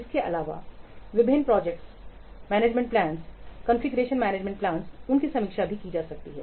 इसके अलावा विभिन्न project management plans configuration management plans configuration management plans उनकी समीक्षा भी की जा सकती है